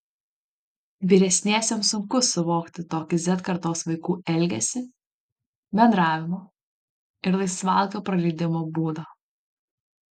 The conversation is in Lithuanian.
vyresniesiems sunku suvokti tokį z kartos vaikų elgesį bendravimo ir laisvalaikio praleidimo būdą